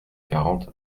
quarante